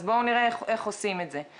אז בואו נראה איך עושים את זה.